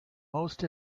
most